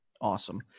Awesome